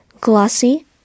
glossy